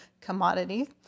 commodity